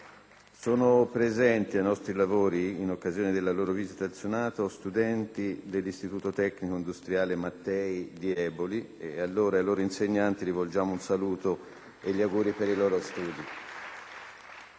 Sono presenti ai nostri lavori, in occasione della loro visita al Senato, studenti dell'Istituto tecnico-industriale "Enrico Mattei" di Eboli. A loro e ai loro insegnanti rivolgo un saluto e gli auguri per i loro studi.